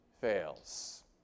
fails